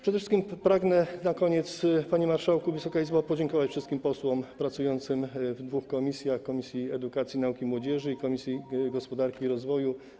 Przede wszystkim pragnę na koniec, panie marszałku, Wysoka Izbo, podziękować wszystkim posłom pracującym w dwóch komisjach: Komisji Edukacji, Nauki i Młodzieży i Komisji Gospodarki i Rozwoju.